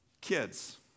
kids